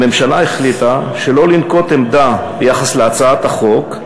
הממשלה החליטה שלא לנקוט עמדה ביחס להצעת החוק,